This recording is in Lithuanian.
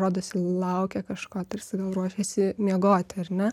rodosi laukia kažko tarsi gal ruošiasi miegoti ar ne